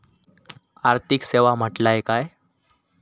आर्थिक सेवा म्हटल्या काय?